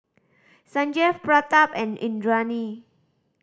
Sanjeev Pratap and Indranee